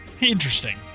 Interesting